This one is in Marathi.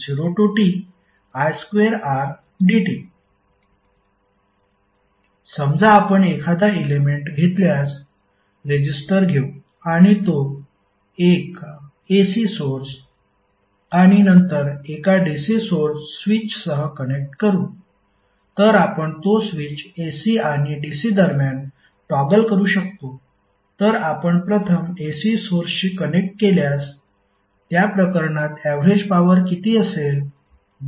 P1T0Ti2Rdt समजा आपण एखादा एलेमेंट घेतल्यास रेजिस्टर घेऊ आणि तो एका AC सोर्स आणि नंतर एका DC सोर्स स्विच सह कनेक्ट करू तर आपण तो स्विच AC आणि DC दरम्यान टॉगल करू शकतो तर आपण प्रथम AC सोर्सशी कनेक्ट केल्यास त्या प्रकरणात ऍवरेज पॉवर किती असेल